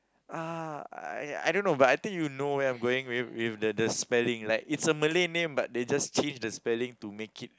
ah I I don't know but I think you know where I'm going with with the the spelling like it's a Malay name but they just change the spelling to make it